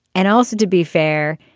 and also, to be fair,